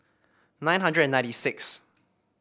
nine hundred and ninety six